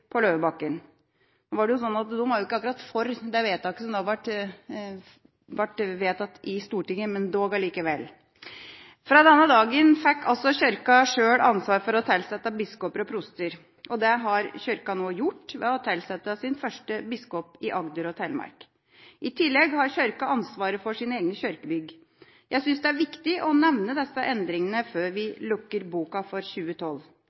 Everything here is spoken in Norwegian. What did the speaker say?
på Løvebakken. De var ikke akkurat for det vedtaket som da ble gjort i Stortinget, men likevel. Fra denne dagen fikk Kirken sjøl ansvar for å tilsette biskoper og proster, og Kirken har nå tilsatt sin første biskop i Agder og Telemark. I tillegg har Kirken ansvaret for sine egne kirkebygg. Jeg synes det er viktig å nevne disse endringene før vi lukker boka for 2012.